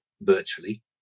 virtually